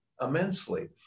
immensely